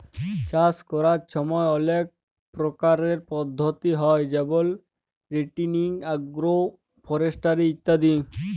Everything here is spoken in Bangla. চাষ ক্যরার ছময় অলেক পরকারের পদ্ধতি হ্যয় যেমল রটেটিং, আগ্রো ফরেস্টিরি ইত্যাদি